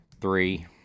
three